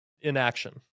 inaction